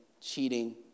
cheating